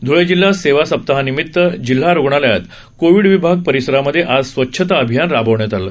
ध्ळे जिल्ह्यात सेवा सप्ताहानिमित्तानं जिल्हा रुग्णालयात कोविड विभाग परिसरामधे आज स्वच्छता अभियान राबवण्यात आलं